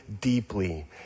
deeply